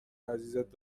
عزیزت